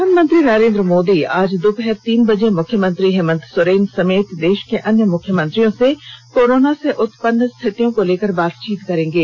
प्रधानमंत्री नरेंद्र मोदी आज दोपहर तीन बजे मुख्यमंत्री हेमंत सोरेन समेत देष के अन्य मुख्यमंत्रियों से कोरोना से उत्पन्न स्थितियों को लेकर बातचीत करेंगे